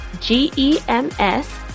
G-E-M-S